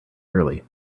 early